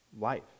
life